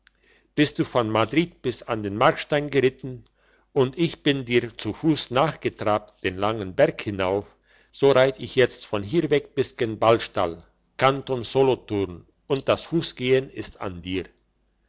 bist du von madrid bis an den markstein geritten und ich bin dir zu fuss nachgetrabt den langen berg hinauf so reit ich jetzt von hier weg bis gen ballstall kanton solothurn und das fussgehen ist an dir